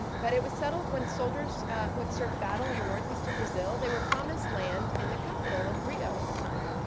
but it was settled when soldiers who had served battle in the northeast of brazil, they were promised land in the capital of rio at the time.